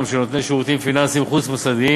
של נותני שירותים פיננסיים חוץ-מוסדיים,